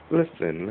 listen